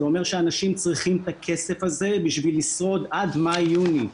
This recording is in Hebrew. זה אומר שאנשים צריכים את הכסף הזה בשביל לשרוד עד מאי-יוני.